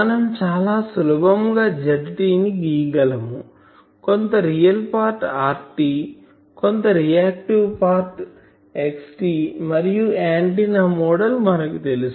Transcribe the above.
మనం చాలా సులభం గా ZT ని గీయగలము కొంత రియల్ పార్ట్ RT కొంత రియాక్టివ్ పార్ట్ XT మరియు ఆంటిన్నా మోడల్ మనకు తెలుసు